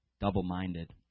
double-minded